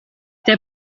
der